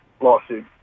lawsuit